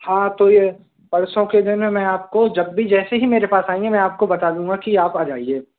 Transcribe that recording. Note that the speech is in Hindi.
हाँ तो ये परसों के दिन मैं आपको जब भी जैसे ही मेरे पास आएँगे मैं आपको बता दूँगा कि आप आ जाइए